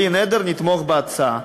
בלי נדר, נתמוך בהצעה.